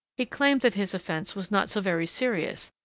he claimed that his offence was not so very serious,